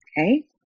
Okay